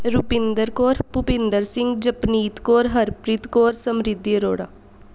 Rupinder Kaur Bhupinder Singh Japneet Kaur Harpreet Kaur Samriddhi Arora